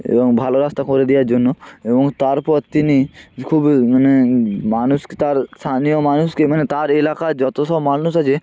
এবং ভালো রাস্তা করে দেওয়ার জন্য এবং তারপর তিনি খুবই মানে মানুষ তার স্থানীয় মানুষকে মানে তার এলাকার যত সব মানুষ আছে